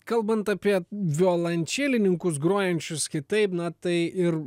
kalbant apie violončelininkus grojančius kitaip na tai ir